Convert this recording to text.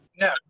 No